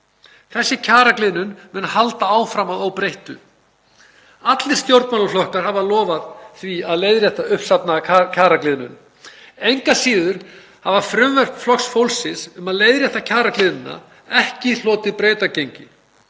Þessi kjaragliðnun mun halda áfram að óbreyttu. Allir stjórnmálaflokkar hafa lofað því að leiðrétta uppsafnaða kjaragliðnun. Engu að síður hafa frumvörp Flokks fólksins um að leiðrétta kjaragliðnunina ekki hlotið brautargengi.